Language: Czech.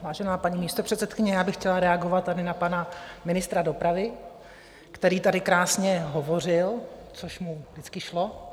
Vážená paní místopředsedkyně, já bych chtěla reagovat na pana ministra dopravy, který tady krásně hovořil, což mu vždycky šlo.